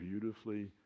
beautifully